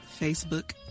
Facebook